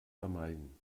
vermeiden